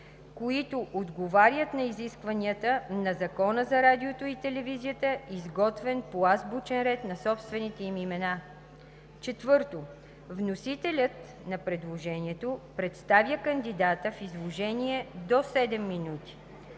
които отговарят на изискванията на Закона за радиото и телевизията, изготвен по азбучен ред на собствените им имена. 4. Вносителят на предложението представя кандидата в изложение до 7 минути.